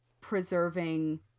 preserving